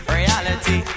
reality